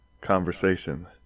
conversation